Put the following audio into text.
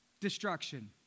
Destruction